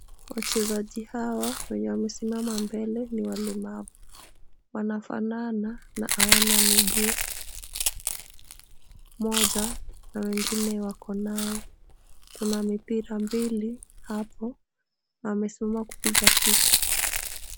Wachezaji hawa wenye wamesimama mbele, ni walemavu , wanafanana na hawana miguu. Moja na wengine wako nayo, kuna mpira mbili hapo, wamesimama kupiga picha.